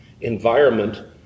environment